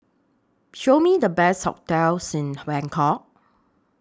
Show Me The Best hotels in Bangkok